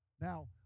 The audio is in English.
Now